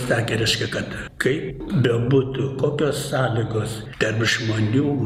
sakė reiškia kad kai bebūtų kokios sąlygos terp žmonių